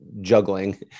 juggling